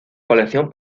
colección